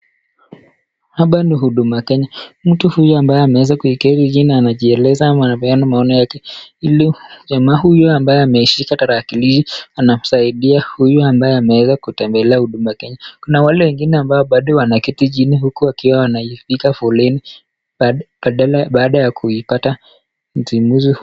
Hapa ni huduma Kenya, mtu huyu ambaye ameweza kuketi chini, anajieleza au kupeana maoni yake. Jamaa huyu ambaye ameshika tarakilishi anamsaidia huyu ambaye ameweza kutembelea Huduma Kenya, kuna wale wengine bado wanaketi chini, huku wakiwa wanapiga foleni baada ya kuipata.